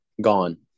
gone